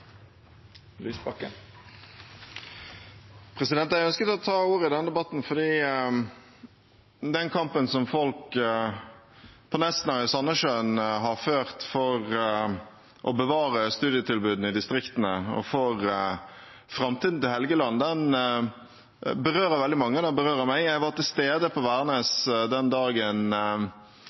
hele områder. Jeg ønsket å ta ordet i denne debatten, for den kampen som folk på Nesna og i Sandnessjøen har ført for å bevare studietilbudene i distriktene, og for framtiden til Helgeland, berører veldig mange, og den berører meg. Jeg var til stede på Værnes den dagen